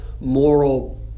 moral